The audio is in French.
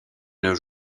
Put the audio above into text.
nos